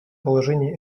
положений